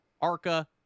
ARCA